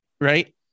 right